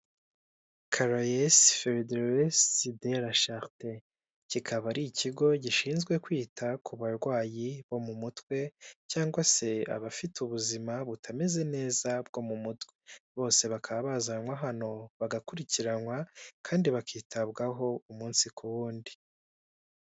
Karayesi federesi de ra sharite. kikaba ari ikigo gishinzwe kwita ku barwayi bo mu mutwe cyangwa se abafite ubuzima butameze neza bwo mu mutwe bose bakaba bazanwa hano bagakurikiranwa kandi bakitabwaho umunsi ku wundi.